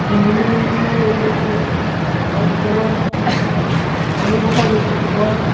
ফেমিলীও লৈ গৈছোঁ তাৰ ভিতৰত কলিকতা গৈছোঁ দুবাৰ